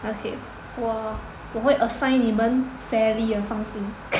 okay 我会 assign 你们 fairly 的放心